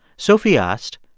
sophie asked,